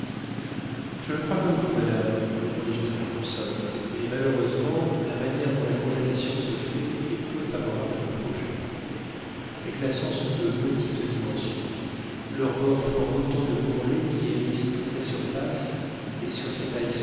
je le crois comme vous madame répondit jasper hobson mais malheureusement la manière dont la congélation se fait est peu favorable à nos projets les glaçons sont de petite dimension leurs bords forment autant de bourrelets qui hérissent toute la surface et sur cet